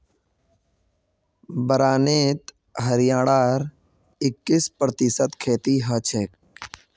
बारानीत हरियाणार इक्कीस प्रतिशत खेती हछेक